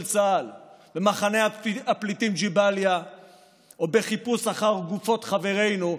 צה"ל במחנה הפליטים ג'באליה או בחיפוש אחר גופות חברינו,